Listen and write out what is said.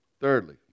Thirdly